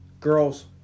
Girls